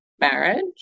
marriage